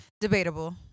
debatable